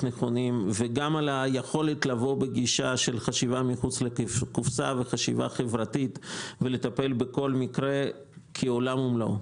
ועל היכולת לבוא בחשיבה חברתית של לטפל בכל מקרה כעולם ומלואו.